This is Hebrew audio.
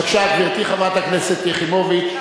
בבקשה, גברתי חברת הכנסת יחימוביץ.